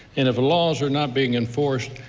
and if laws are not being enforced.